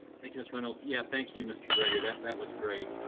thank you, miss reynolds. yeah, thank you mr. gregor that and that was great.